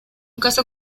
caso